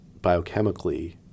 biochemically